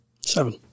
Seven